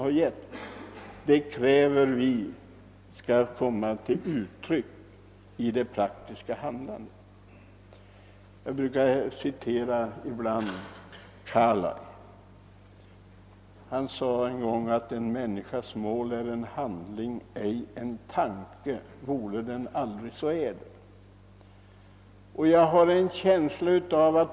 Regeringen bör kräva att talet om jämlikhet skall komma till uttryck också i det praktiska handlandet. Jag brukar ibland citera Carlyle som en gång sade, att en människas mål är en handling, ej en tanke — vore den aldrig så ädel.